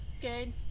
Good